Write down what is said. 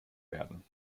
werden